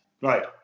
Right